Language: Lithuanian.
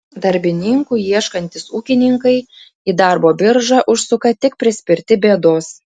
darbininkų ieškantys ūkininkai į darbo biržą užsuka tik prispirti bėdos